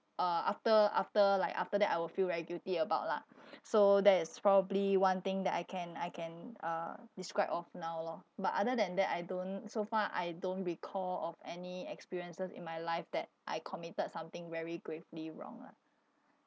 uh after after like after that I will feel very guilty about lah so that is probably one thing that I can I can uh describe of now loh but other than that I don't so far I don't recall of any experiences in my life that I committed something very gravely wrong lah